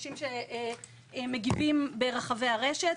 אנשים שמגיבים ברחבי הרשת,